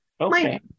Okay